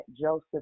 Joseph